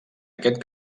aquest